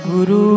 Guru